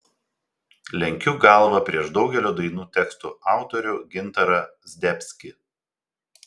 lenkiu galvą prieš daugelio dainų tekstų autorių gintarą zdebskį